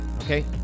Okay